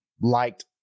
liked